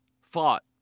fought